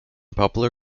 popular